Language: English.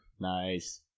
Nice